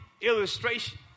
illustration